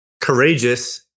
Courageous